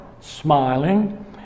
smiling